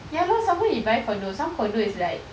ya lor some more he buy condo some condo is like